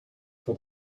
for